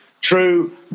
true